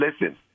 listen